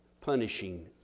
punishing